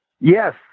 Yes